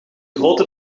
grote